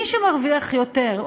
מי שמרוויח יותר,